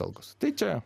algos tai čia